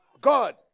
God